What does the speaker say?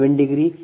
u Pg20